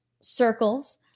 circles